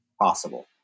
possible